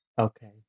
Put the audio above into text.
Okay